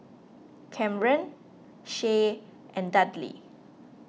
Camren Shae and Dudley